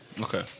Okay